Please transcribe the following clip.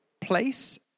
place